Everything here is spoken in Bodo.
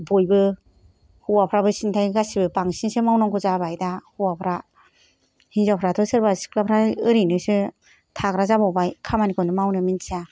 बयबो हौवाफ्राबो सिनथाय बांसिनसो मावनांगौ जाबाय दा हौवाफ्रा हिनजावफ्राथ' सोरबा सिख्लाफ्रा ओरैनोसो थाग्रा जाबावबाय खामानिखौनो मावनो मिथिया